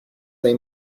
they